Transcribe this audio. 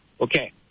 okay